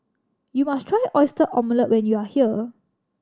you must try Oyster Omelette when you are here